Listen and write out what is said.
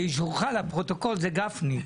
באישורך לפרוטוקול זה גפני.